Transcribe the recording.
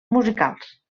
musicals